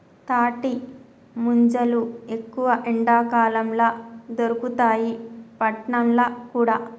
తాటి ముంజలు ఎక్కువ ఎండాకాలం ల దొరుకుతాయి పట్నంల కూడా